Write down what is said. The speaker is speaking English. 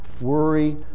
worry